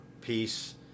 peace